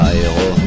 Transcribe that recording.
Aero